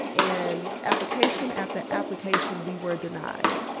and application after application, we were denied,